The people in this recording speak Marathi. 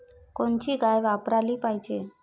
कोनची गाय वापराली पाहिजे?